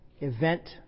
event